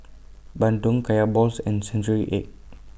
Bandung Kaya Balls and Century Egg